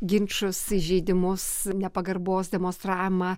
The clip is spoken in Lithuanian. ginčus įžeidimus nepagarbos demonstravimą